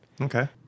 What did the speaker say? okay